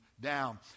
down